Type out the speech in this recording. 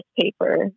paper